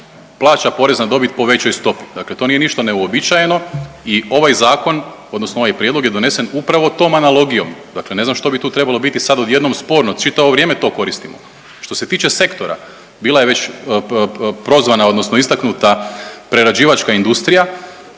plaća porez na dobit po većoj stopi. Dakle to nije ništa neuobičajeno i ovaj zakon, odnosno ovaj prijedlog je donesen upravo tom analogijom, dakle ne znam što bi tu trebalo biti sad odjednom sporno, čitavo vrijeme to koristimo. Što se tiče sektora, bila je već prozvana, odnosno istaknuta prerađivačka industrija,